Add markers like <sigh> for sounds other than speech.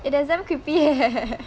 eh that's damn creepy eh <laughs>